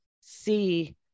see